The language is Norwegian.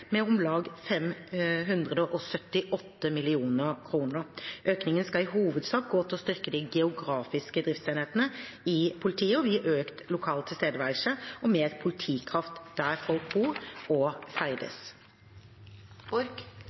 med om lag 578 mill. kr. Økningen skal i hovedsak gå til å styrke de geografiske driftsenhetene i politiet, og vil gi økt lokal tilstedeværelse og mer politikraft der folk bor og ferdes.